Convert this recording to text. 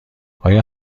آیا